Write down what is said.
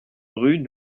rue